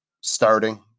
starting